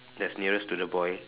that's nearest to the boy